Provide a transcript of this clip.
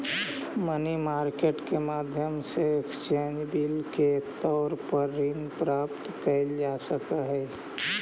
money market के माध्यम से एक्सचेंज बिल के तौर पर ऋण प्राप्त कैल जा सकऽ हई